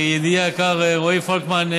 כי ידידי היקר רועי פולקמן,